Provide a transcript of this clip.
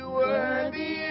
worthy